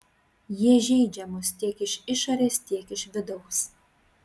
jie žeidžia mus tiek iš išorės tiek iš vidaus